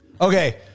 Okay